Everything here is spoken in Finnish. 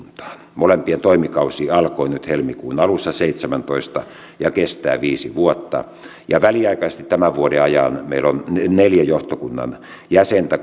molempien toimikausi alkoi nyt helmikuun alussa seitsemäntoista ja kestää viisi vuotta väliaikaisesti tämän vuoden ajan meillä on neljä johtokunnan jäsentä